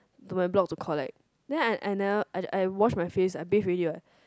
to my block to collect then I I never I wash my face I bath already what